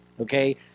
Okay